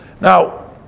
Now